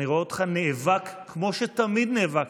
אני רואה אותך נאבק, כמו שתמיד נאבקת,